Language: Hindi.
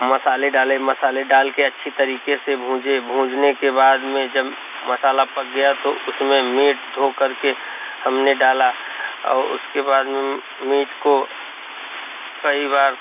मसाले डाले मसाले डाल कर अच्छी तरीके से भूंजे भूंजने के बाद में जब मसाला पक गया तो उसमें मीट धोकर के हमने डाला और उसके बाद मीट को कई बार